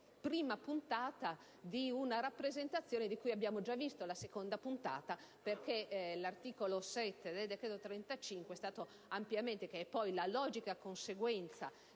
prima puntata di una rappresentazione di cui abbiamo già visto la seconda puntata. Infatti, l'articolo 7 del decreto-legge n. 34 del 2011, che è poi la logica conseguenza